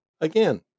again